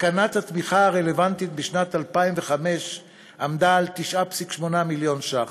תקנת התמיכה הרלוונטית בשנת 2005 עמדה על 9.8 מיליון שקל,